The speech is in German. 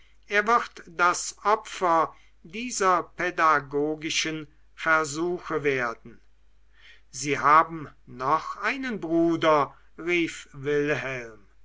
er wird das opfer dieser pädagogischen versuche werden sie haben noch einen bruder rief wilhelm